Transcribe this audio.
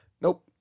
Nope